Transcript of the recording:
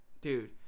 Dude